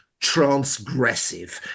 transgressive